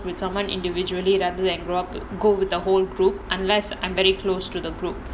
with someone individually rather than go out go with the whole group unless I'm very close to the group